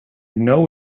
know